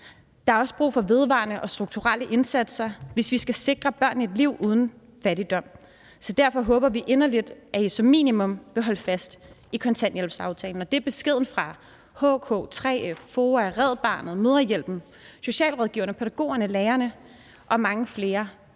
Der er også brug for vedvarende og strukturelle indsatser, hvis vi skal sikre børnene et liv uden fattigdom. Så derfor håber vi inderligt, at I som minimum vil holde fast i kontanthjælpsaftalen. Det er beskeden fra HK, 3F, FOA, Red Barnet, Mødrehjælpen, socialrådgiverne, pædagogerne, lærerne og mange flere.